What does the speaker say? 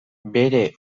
bere